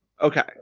Okay